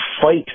fight